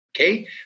Okay